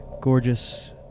gorgeous